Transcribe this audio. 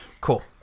cool